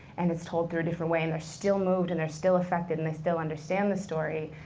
and it's told through a different way, and they're still moved, and they're still affected, and they still understand the story.